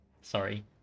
Sorry